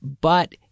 But-